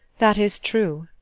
that is true.